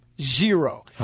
Zero